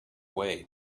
way